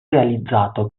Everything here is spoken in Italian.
realizzato